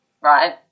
right